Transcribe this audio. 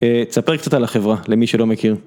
תספר קצת על החברה, למי שלא מכיר.